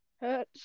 hurt